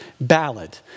ballad